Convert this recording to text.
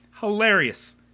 Hilarious